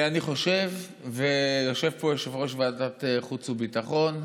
אני חושב, ויושב פה יושב-ראש ועדת חוץ וביטחון,